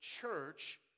church